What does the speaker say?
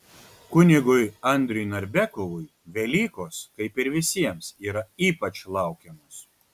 kunigui andriui narbekovui velykos kaip ir visiems yra ypač laukiamos